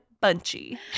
Bunchy